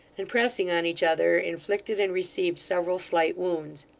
and pressing on each other inflicted and received several slight wounds.